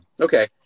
Okay